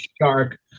shark